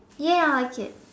ya I like it